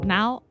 Now